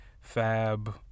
fab